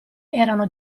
erano